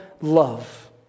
love